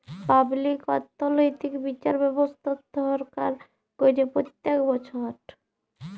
public অথ্থলৈতিক বিচার ব্যবস্থা ছরকার ক্যরে প্যত্তেক বচ্ছর